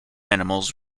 animals